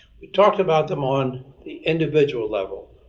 we talked about them on the individual level.